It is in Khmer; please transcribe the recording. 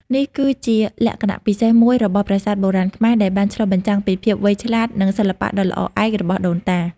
នេះគឺជាលក្ខណៈពិសេសមួយរបស់ប្រាសាទបុរាណខ្មែរ ដែលបានឆ្លុះបញ្ចាំងពីភាពវៃឆ្លាតនិងសិល្បៈដ៏ល្អឯករបស់ដូនតា។